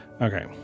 Okay